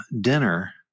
dinner